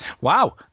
Wow